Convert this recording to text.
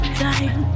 time